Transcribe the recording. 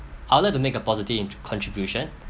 I would like to make a positive contribution